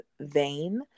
vein